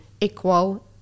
equal